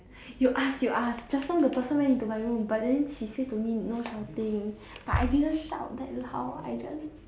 you ask you ask just now the person went into my room but then he said to me no shouting but I didn't shout that loud I just